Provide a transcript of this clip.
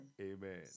Amen